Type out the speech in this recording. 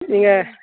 நீங்கள்